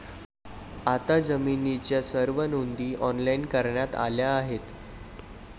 आता जमिनीच्या सर्व नोंदी ऑनलाइन करण्यात आल्या आहेत